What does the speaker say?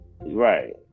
Right